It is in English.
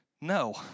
no